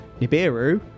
Nibiru